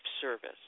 service